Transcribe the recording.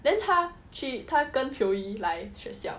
then 他去他跟 pio yee 来学校